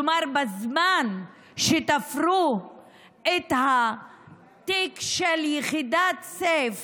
כלומר, בזמן שתפרו את התיק של יחידת סיף